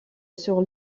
sur